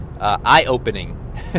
eye-opening